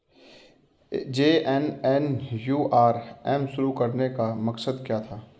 JNNURM शुरू करने का मकसद क्या था?